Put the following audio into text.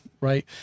right